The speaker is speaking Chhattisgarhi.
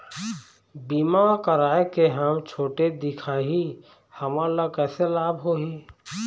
बीमा कराए के हम छोटे दिखाही हमन ला कैसे लाभ होही?